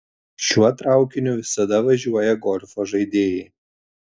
šiuo traukiniu visada važiuoja golfo žaidėjai